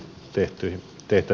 herra puhemies